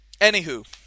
Anywho